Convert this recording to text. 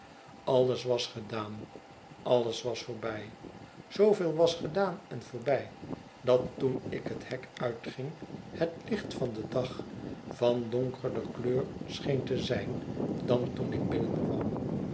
alles was gedaan alles was voorbij i zooveel was gedaan en voorbij dat toen ik het hek uitging het licht van den dag van donkerder kleur scheen te zijn dan toen ik binnenkwam